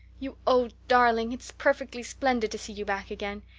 you old darling, it's perfectly splendid to see you back again.